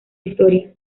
historia